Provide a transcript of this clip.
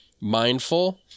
mindful